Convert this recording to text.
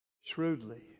shrewdly